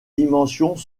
dimensions